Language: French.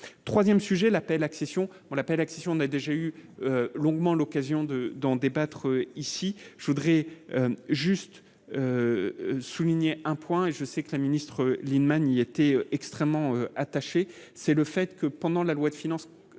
895 3ème sujet : l'appel accession, on l'appelle n'a déjà eu longuement l'occasion de d'en débattre ici, je voudrais juste souligner un point et je sais que la ministre Lienemann il était extrêmement attaché, c'est le fait que pendant la loi de finances